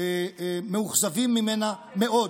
מאוכזבים ממנה מאוד.